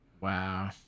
wow